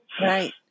Right